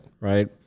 right